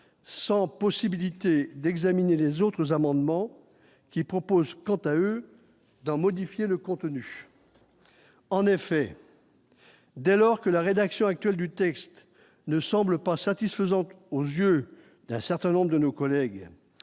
sans possibilité d'examiner les autres amendements qui proposent quant à eux d'en modifier le contenu en effet. Dès lors que la rédaction actuelle du texte ne semble pas satisfaisante aux yeux d'un certain nombre de nos collègues